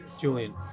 Julian